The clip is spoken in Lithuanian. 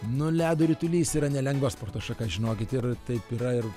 nu ledo ritulys yra nelengva sporto šaka žinokit ir taip yra ir